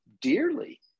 dearly